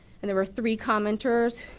and there were three commenters,